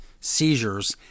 seizures